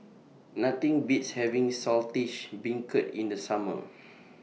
Nothing Beats having Saltish Beancurd in The Summer